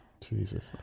Jesus